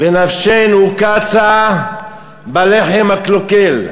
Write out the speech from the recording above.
"ונפשנו קצה בלחם הקלקל".